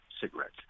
cigarettes